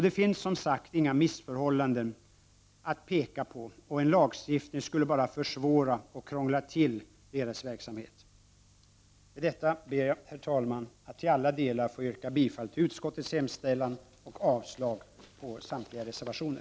Det finns som jag redan har sagt inga missförhållanden att peka på, och en lagstiftning skulle bara försvåra och krångla till deras verksamhet. Med det anförda ber jag, herr talman, att till alla delar få yrka bifall till utskottets hemställan och avslag på samtliga reservationer.